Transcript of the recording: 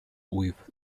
with